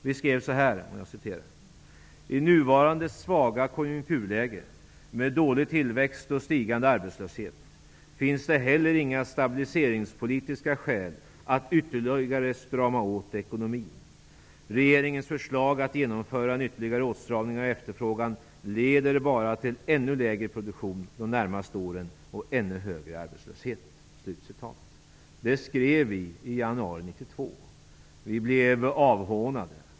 Vi skrev följande: ''I nuvarande svaga konjunkturläge, med dålig tillväxt och stigande arbetslöshet, finns det heller inga stabiliseringspolitiska skäl att ytterligare strama åt ekonomin. Regeringens förslag att genomföra en ytterligare åtstramning av efterfrågan leder bara till ännu lägre produktion de närmaste åren och ännu högre arbetslöshet.'' Detta skrev vi i januari 1992. Vi blev hånade.